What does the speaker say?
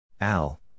Al